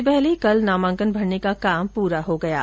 इससे पहले कल नामांकन भरने का काम पूरा हो गया